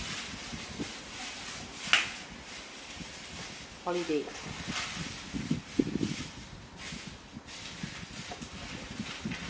holiday